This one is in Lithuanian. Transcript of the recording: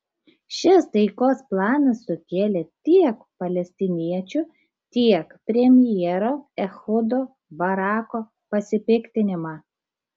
šis taikos planas sukėlė tiek palestiniečių tiek premjero ehudo barako pasipiktinimą